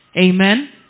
Amen